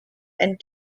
and